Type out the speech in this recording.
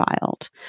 filed